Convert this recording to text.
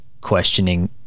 questioning